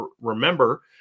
Remember